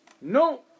No